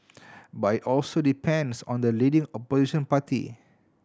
but it also depends on the leading Opposition party